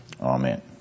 Amen